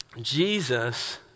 Jesus